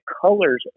colors